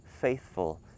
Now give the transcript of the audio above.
faithful